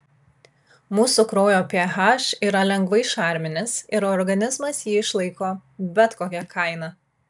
mūsų kraujo ph yra lengvai šarminis ir organizmas jį išlaiko bet kokia kaina